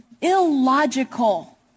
illogical